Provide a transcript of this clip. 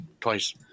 twice